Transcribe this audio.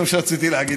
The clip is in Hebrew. זה מה שרציתי להגיד.